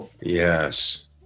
Yes